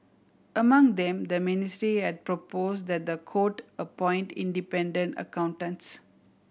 among them the ministry had proposed that the court appoint independent accountants